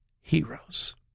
heroes